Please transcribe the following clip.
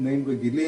בתנאים רגילים,